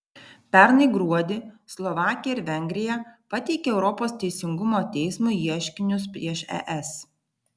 pernai gruodį slovakija ir vengrija pateikė europos teisingumo teismui ieškinius prieš es